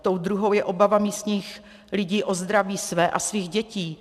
Tou druhou je obava místních lidí o zdraví své a svých dětí.